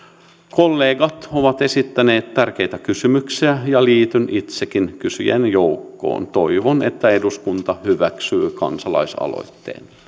kollegat ovat esittäneet tärkeitä kysymyksiä ja liityn itsekin kysyjien joukkoon toivon että eduskunta hyväksyy kansalaisaloitteen